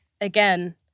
Again